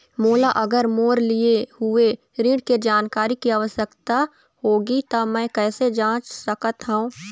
मोला अगर मोर लिए हुए ऋण के जानकारी के आवश्यकता होगी त मैं कैसे जांच सकत हव?